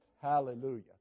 Hallelujah